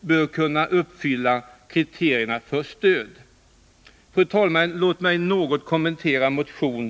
bör kunna uppfylla kriterierna för stöd. Utskottet avstyrker därför motion 1980/81:142 i den här aktuella delen. Fru talman!